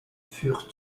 furent